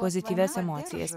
pozityvias emocijas